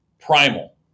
primal